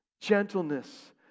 gentleness